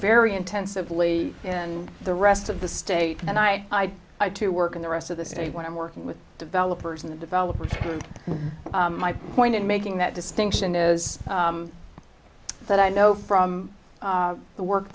very intensively and the rest of the state and i try to work in the rest of the city when i'm working with developers in the developer my point in making that distinction is that i know from the work